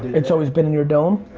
it's always been in your dome?